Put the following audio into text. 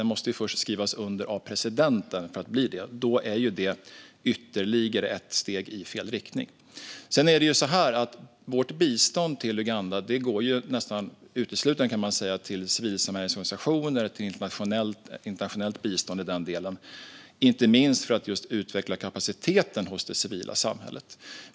Den måste ju få en underskrift av presidenten för att göra det. Det vore ytterligare ett steg i fel riktning. Vårt bistånd till Uganda går nästan uteslutande till civilsamhällesorganisationer och till internationellt bistånd i den delen, inte minst för att utveckla kapaciteten hos det civila samhället.